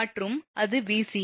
மற்றும் அது Vca